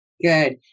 Good